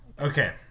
Okay